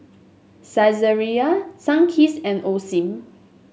Saizeriya Sunkist and Osim